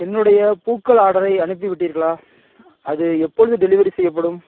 என்னுடைய பூக்கள் ஆர்டரை அனுப்பிவிட்டீர்களா அது எப்பொழுது டெலிவெரி செய்யப்படும்